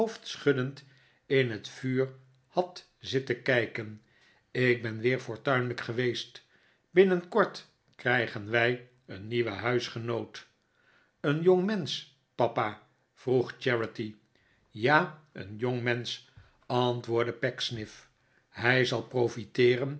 hoofd schuddend in het vuur had zitten kijken ik ben weer fortuinlijk geweest binnenkort krijgen wij een nieuwen huisgenoot een jongmensch papa vroeg charity ja een jongmensch antwoordde pecksniff hij zal profiteeren